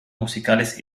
musicales